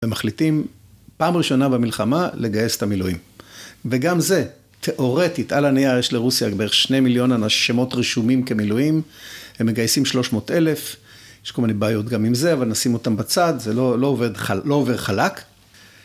ומחליטים, פעם ראשונה במלחמה, לגייס את המילואים. וגם זה, תאורטית, על הנייר יש לרוסיה כבר שני מיליון שמות רשומים כמילואים, הם מגייסים שלוש מאות אלף, יש כל מיני בעיות גם עם זה, אבל נשים אותם בצד, זה לא עובר חלק.